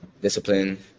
discipline